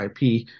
IP